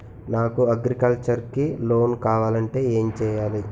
నాకు అగ్రికల్చర్ కి లోన్ కావాలంటే ఏం చేయాలి?